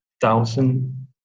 thousand